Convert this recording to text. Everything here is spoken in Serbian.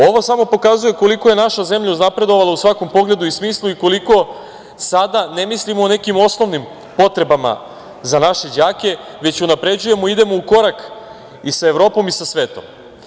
Ovo samo pokazuje koliko je naša zemlja uznapredovala u svakom pogledu i smislu i koliko sada ne mislimo o nekim osnovnim potrebama za naše đake, već unapređujemo, idemo u korak i sa Evropom i sa svetom.